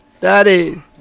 daddy